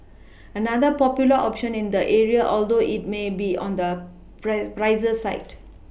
another popular option in the area although it may be on the pray pricier side